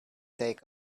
take